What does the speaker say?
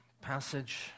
passage